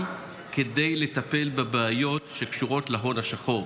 כדי לטפל בבעיות שקשורות להון השחור.